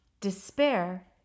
Despair